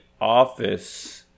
office